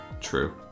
true